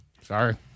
Sorry